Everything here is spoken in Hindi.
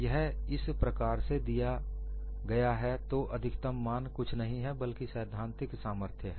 यह इस प्रकार से दिया गया है तो अधिकतम मान कुछ नहीं है बल्कि सैद्धांतिक सामर्थ्य है